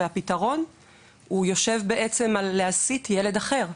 ושהפתרון הוא להסיט ילד אחר.